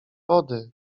wody